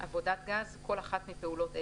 "עבודת גז" כל אחת מפעולות אלה: